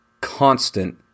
constant